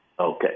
Okay